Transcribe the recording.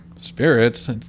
spirits